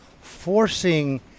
Forcing